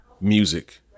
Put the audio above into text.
music